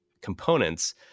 components